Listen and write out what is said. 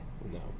no